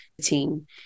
team